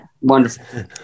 wonderful